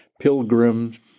pilgrims